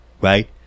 Right